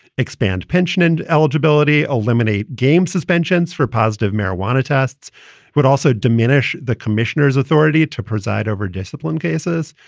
expand pension and eligibility, eliminate games. suspensions for positive marijuana tests would also diminish the commissioner's authority to preside over discipline cases.